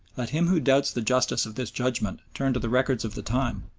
let him who doubts the justice of this judgment turn to the records of the time,